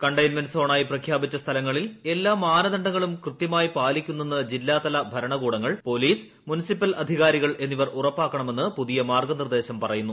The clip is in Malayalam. കണ്ടെയ്ൻമെന്റ് സോണായി പ്രഖ്യാപിച്ച സ്ഥലങ്ങളിൽ എല്ലാ മാനദണ്ഡങ്ങളും കൃത്യമായി പാലിക്കുന്നെന്ന് ജില്ലാതല ഭരണകൂടങ്ങൾ പോലീസ് മുൻസിപ്പൽ അധികാരികൾ എന്നിവർ ഉറപ്പാക്കണമെന്ന് പുതിയ മാർഗ്ഗനിർദ്ദേശം പറയുന്നു